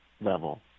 level